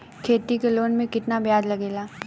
खेती के लोन में कितना ब्याज लगेला?